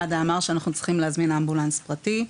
הוא אמר שאנחנו צריכים להזמין אמבולנס פרטי.